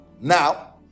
Now